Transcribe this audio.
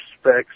specs